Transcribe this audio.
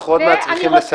אנחנו עוד מעט צריכים לסיים.